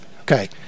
Okay